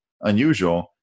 unusual